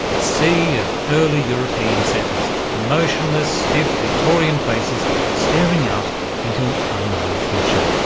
a sea of early european settlers emotionless, stiff, victorian faces staring out into an unknown future.